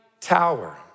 tower